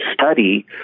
study